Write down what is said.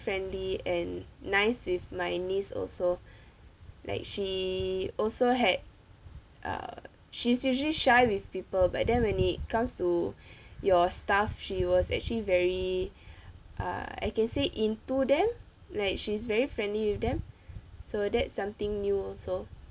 friendly and nice with my niece also like she also had uh she's usually shy with people but then when it comes to your staff she was actually very uh I can say into them like she's very friendly with them so that's something new also